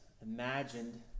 imagined